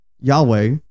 Yahweh